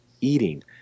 eating